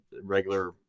regular